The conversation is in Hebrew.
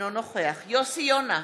אינו נוכח יוסי יונה,